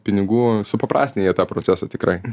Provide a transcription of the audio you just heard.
pinigų supaprastinę jie tą procesą tikrai